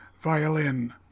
violin